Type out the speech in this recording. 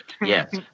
Yes